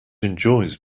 enjoys